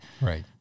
right